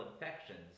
infections